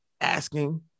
asking